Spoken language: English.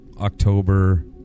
October